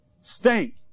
stink